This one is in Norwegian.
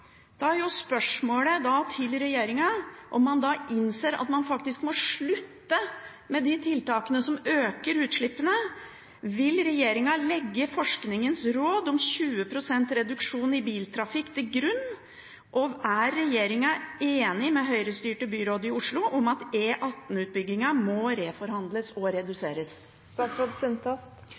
Da er spørsmålet til regjeringen om man innser at man faktisk må slutte med de tiltakene som øker utslippene. Vil regjeringen legge forskningens råd om 20 pst. reduksjon i biltrafikk til grunn? Og: Er regjeringen enig med det Høyre-styrte byrådet i Oslo om at E18-utbyggingen må reforhandles og